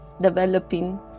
developing